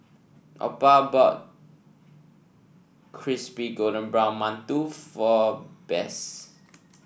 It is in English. Opal bought Crispy Golden Brown Mantou for Bess